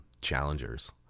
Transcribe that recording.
challengers